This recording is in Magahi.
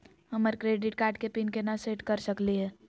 हमर क्रेडिट कार्ड के पीन केना सेट कर सकली हे?